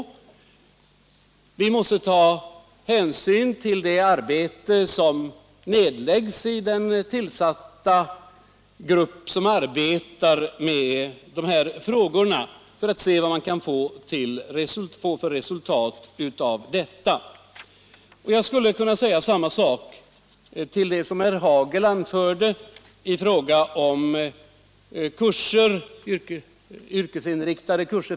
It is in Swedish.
Vi måste ta hänsyn till vad den tillsatta arbetsgruppen kommer fram till för resultat. Detsamma kan gälla i fråga om de yrkesinriktade kurser för framför allt invandrarelever som herr Hagel talade om.